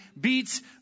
beats